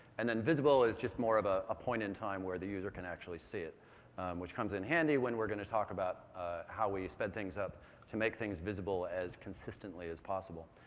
and then visible is just more of a ah point in time where the user can actually see it which comes in handy when we're going to talk about how we sped things up to make things visible as consistently as possible.